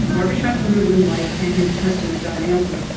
barbershop owner lynn white, and his customer john alesworth,